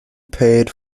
paid